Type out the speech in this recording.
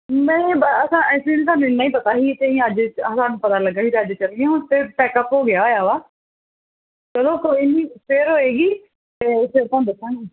ਨਹੀਂ ਸਾਨੂੰ ਇੰਨਾ ਹੀ ਤੇ ਅਸੀਂ ਅੱਜ ਸਾਨੂੰ ਪਤਾ ਲੱਗਾ ਸੀ ਅਤੇ ਅੱਜ ਚਲਗੀਆਂ ਤਾਂ ਪੈਕਅਪ ਹੋ ਗਿਆ ਹੋਇਆ ਵਾ ਚਲੋ ਕੋਈ ਨਹੀਂ ਫਿਰ ਹੋਵੇਗੀ ਤਾਂ ਫਿਰ ਤੁਹਾਨੂੰ ਦੱਸਾਂਗੇ